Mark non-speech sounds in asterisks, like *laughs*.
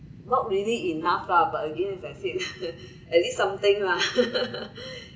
not really enough lah but again as I said *laughs* at least something lah *laughs*